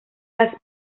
las